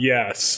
Yes